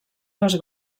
les